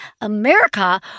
America